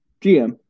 GM